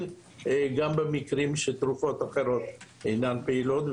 גם במקרים שתרופות אחרות אינן פעילות,